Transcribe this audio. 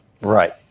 Right